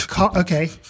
Okay